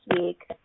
week